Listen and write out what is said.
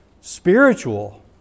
spiritual